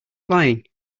flying